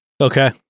Okay